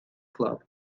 club